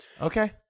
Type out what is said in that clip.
Okay